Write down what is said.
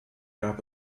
gab